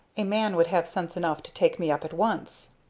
a man would have sense enough to take me up at once.